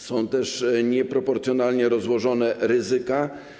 Są też nieproporcjonalnie rozłożone ryzyka.